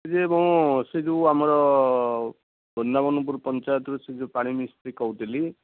ଇଏ ମୁଁ ସେ ଯେଉଁ ଆମର ବୃନ୍ଦାବନପୁର ପଞ୍ଚାୟତର ସେ ଯେଉଁ ପାଣି ମିସ୍ତ୍ରୀ କହୁଥିଲି